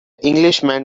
englishman